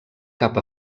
cap